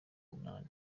umunani